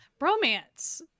Bromance